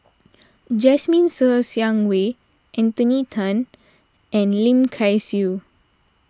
Jasmine Ser Xiang Wei Anthony then and Lim Kay Siu